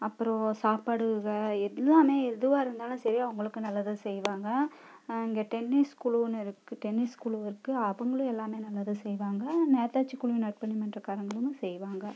அப்பறம் சாப்பாடு எல்லாம் எதுவாக இருந்தாலும் சரி அவங்களுக்கு நல்லாதான் செய்வாங்க இங்கே டென்னிஸ் குழுனு இருக்கு டென்னிஸ் குழு இருக்கு அவங்களும் எல்லாம் நல்லது செய்வாங்க நேதாஜி குழு நற்பணி மன்றகாரங்களும் செய்வாங்க